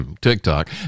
tiktok